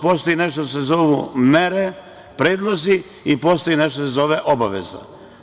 Postoji nešto što se zovu mere, predlozi i postoji nešto što se zove obaveza.